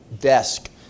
desk